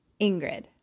ingrid